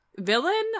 villain